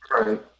Right